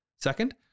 Second